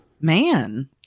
man